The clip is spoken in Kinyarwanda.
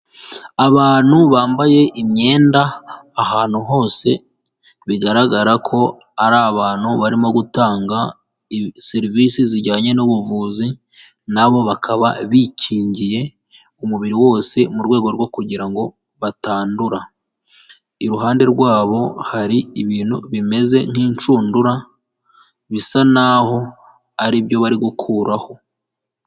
Abantu bambaye imyenda ahantu hose, bigaragara ko ari abantu barimo gutanga serivisi zijyanye n'ubuvuzi, nabo bakaba bikingiye umubiri wose mu rwego rwo kugira ngo batandura, iruhande rwabo hari ibintu bimeze nk'inshundura bisa naho aribyo bari gukuraho.